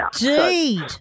Indeed